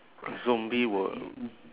zombie will